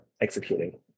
executing